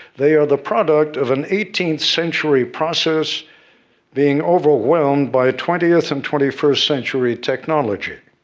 they are the product of an eighteenth century process being overwhelmed by twentieth and twenty first century technology.